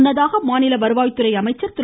முன்னதாக மாநில வருவாய்த்துறை அமைச்சர் திரு